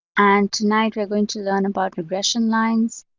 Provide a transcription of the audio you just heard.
and tonight we're going to learn about regression lines,